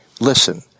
Listen